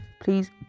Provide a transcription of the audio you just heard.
Please